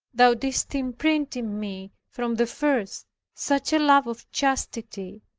thou didst imprint in me from the first such a love of chastity,